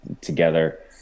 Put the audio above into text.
together